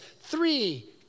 three